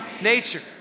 nature